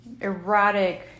Erotic